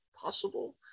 possible